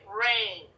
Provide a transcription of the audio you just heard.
rain